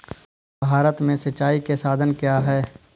भारत में सिंचाई के साधन क्या है?